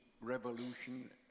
revolution